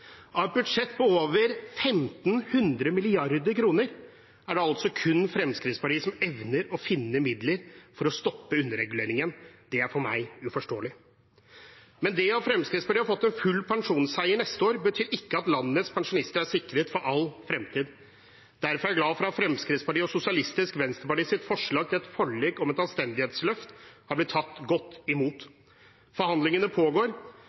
Av et budsjett på over 1 500 mrd. kr er det altså kun Fremskrittspartiet som evner å finne midler for å stoppe underreguleringen. Det er for meg uforståelig. Men det at Fremskrittspartiet har fått en full pensjonsseier neste år, betyr ikke at landets pensjonister er sikret for all fremtid. Derfor er jeg glad for at Fremskrittspartiet og Sosialistisk Venstrepartis forslag til et forlik om et anstendighetsløft er blitt tatt godt imot. Forhandlingene pågår,